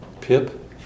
Pip